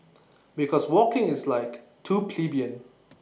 because walking is like too plebeian